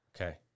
Okay